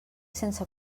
sense